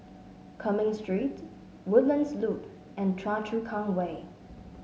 Cumming Street Woodlands Loop and Choa Chu Kang Way